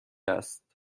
است